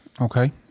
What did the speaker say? okay